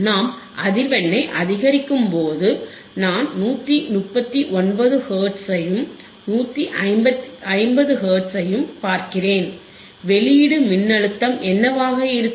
நாம் அதிர்வெண்ணை அதிகரிக்கும்போது நான் 139 ஹெர்ட்ஸையும் 150 ஹெர்ட்ஸையும் பார்க்கிறேன் வெளியீடு மின்னழுத்தம் என்னவாக இருக்கும்